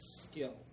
skill